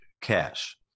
cash